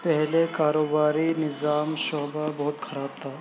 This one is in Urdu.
پہلے کاروباری نظام شعبہ بہت خراب تھا